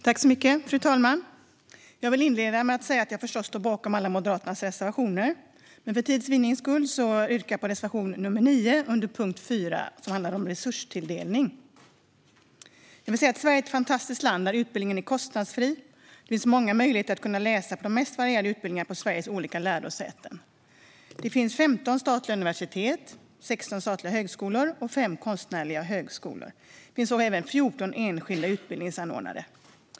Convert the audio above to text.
Fru talman! Jag står förstås bakom alla Moderaternas reservationer, men för tids vinnande yrkar jag bifall endast till reservation 9 under punkt 4, som handlar om resurstilldelning. Sverige är ett fantastiskt land, där utbildningen är kostnadsfri. Det finns många möjligheter att läsa de mest varierade utbildningar på Sveriges olika lärosäten. Det finns 15 statliga universitet, 16 statliga högskolor och 5 konstnärliga högskolor. Det finns även 14 enskilda utbildningsanordnare.